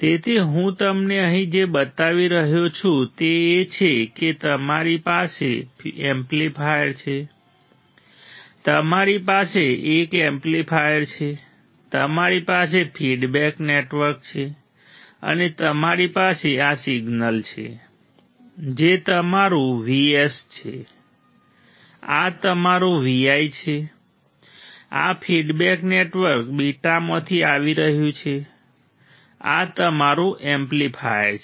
તેથી હું તમને અહીં જે બતાવી રહ્યો છું તે એ છે કે તમારી પાસે એમ્પ્લીફાયર છે તમારી પાસે એક એમ્પ્લીફાયર છે તમારી પાસે ફીડબેક નેટવર્ક છે અને તમારી પાસે આ સિગ્નલ છે જે તમારું VS છે આ તમારું Vi છે આ ફીડબેક નેટવર્ક બીટામાંથી આવી રહ્યું છે આ તમારું એમ્પ્લીફાયર છે